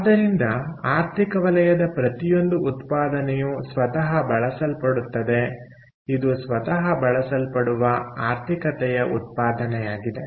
ಆದ್ದರಿಂದ ಆರ್ಥಿಕ ವಲಯದ ಪ್ರತಿಯೊಂದು ಉತ್ಪಾದನೆಯು ಸ್ವತಃ ಬಳಸಲ್ಪಡುತ್ತದೆ ಇದು ಸ್ವತಃ ಬಳಸಲ್ಪಡುವ ಆರ್ಥಿಕತೆಯ ಉತ್ಪಾದನೆಯಾಗಿದೆ